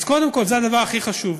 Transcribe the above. אז קודם כול, זה הדבר הכי חשוב.